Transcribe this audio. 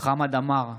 חמד עמאר,